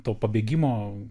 to pabėgimo